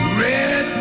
red